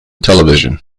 television